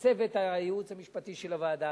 לצוות הייעוץ המשפטי של הוועדה,